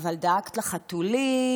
אבל דאגת לחתולים,